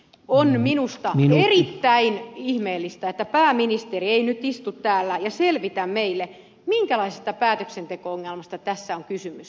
on minusta erittäin ihmeellistä että pääministeri ei nyt istu täällä ja selvitä meille minkälaisesta päätöksenteko ongelmasta tässä on kysymys